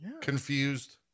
confused